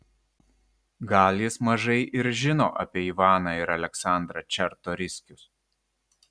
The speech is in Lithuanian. gal jis mažai ir žino apie ivaną ir aleksandrą čartoriskius